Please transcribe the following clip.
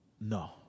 No